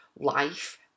life